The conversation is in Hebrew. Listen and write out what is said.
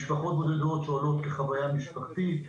משפחות בודדות שעולות כחוויה משפחתית,